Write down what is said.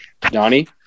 Donnie